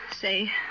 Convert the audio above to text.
say